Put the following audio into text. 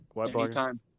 anytime